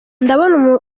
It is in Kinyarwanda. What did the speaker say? ndabona